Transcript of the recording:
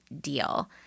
deal